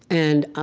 and ah